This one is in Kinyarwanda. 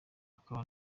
akaba